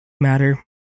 matter